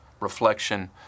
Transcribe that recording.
reflection